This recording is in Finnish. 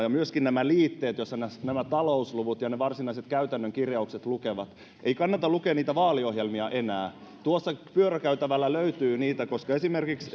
ja myöskin nämä liitteet joissa nämä nämä talousluvut ja ne varsinaiset käytännön kirjaukset lukevat ei kannata lukea niitä vaaliohjelmia enää tuosta pyörökäytävältä niitä löytyy esimerkiksi